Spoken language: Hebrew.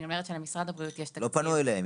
אני אומרת שלמשרד הבריאות יש תקציב --- לא פנו אליהם.